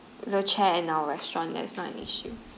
the chair in our restaurant that's not an issue